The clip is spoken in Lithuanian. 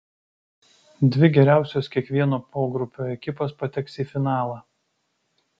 dvi geriausios kiekvieno pogrupio ekipos pateks į finalą